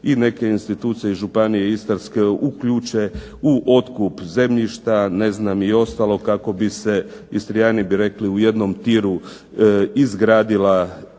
i neke institucije iz Županije istarske uključe u otkup zemljišta i ostalog kako bi se, Istrijani bi rekli, u jednom tiru izgradila